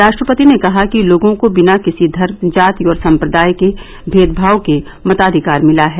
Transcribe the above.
राष्ट्रपति ने कहा कि लोगों को बिना किसी धर्म जाति और सम्प्रदाय के भेदभाव के मताधिकार मिला है